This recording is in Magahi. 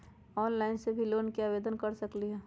ऑनलाइन से भी लोन के आवेदन कर सकलीहल?